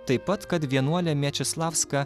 taip pat kad vienuolė miečeslavska